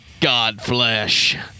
Godflesh